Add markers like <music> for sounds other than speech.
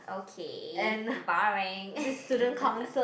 okay boring <laughs>